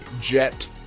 jet